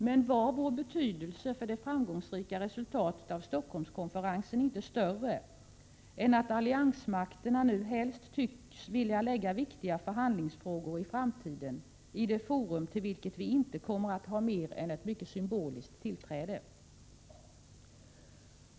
Men var Sveriges betydelse för det framgångsrika resultatet av Stockholmskonferensen inte större än att alliansmakterna nu helst tycks vilja lägga viktiga förhandlingsfrågor i framtiden i det forum till vilket vi inte kommer att ha mer än ett mycket symboliskt tillträde?